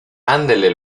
andele